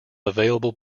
available